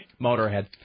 Motorhead